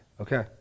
okay